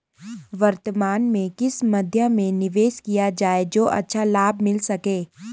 वर्तमान में किस मध्य में निवेश किया जाए जो अच्छा लाभ मिल सके?